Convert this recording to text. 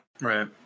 Right